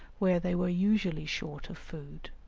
where they were usually short of food,